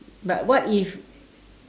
but what if